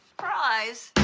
surprise.